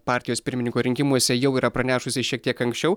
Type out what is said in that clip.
partijos pirmininko rinkimuose jau yra pranešusi šiek tiek anksčiau